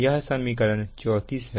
यह समीकरण 34 है